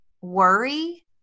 worry